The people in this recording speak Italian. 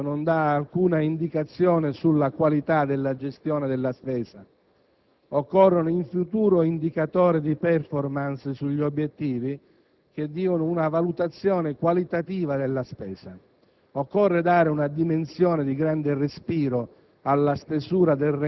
Infine, una raccomandazione. L'analisi del rendiconto non dà alcuna indicazione sulla qualità della gestione della spesa. Occorrono in futuro indicatori di *performance* sugli obiettivi che diano una valutazione qualitativa della spesa.